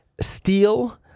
Steel